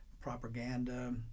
propaganda